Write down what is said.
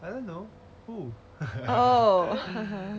I don't know who